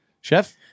Chef